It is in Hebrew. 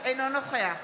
אינו נוכח